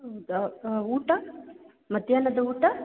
ಹೌದಾ ಊಟ ಮಧ್ಯಾಹ್ನದ ಊಟ